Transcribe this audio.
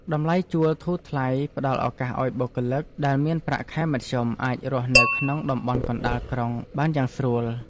តម្លៃជួលធូរថ្លៃផ្ដល់ឱកាសឱ្យបុគ្គលិកដែលមានប្រាក់ខែមធ្យមអាចរស់នៅក្នុងតំបន់កណ្ដាលក្រុងបានយ៉ាងស្រួល។